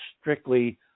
strictly